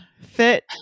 Fit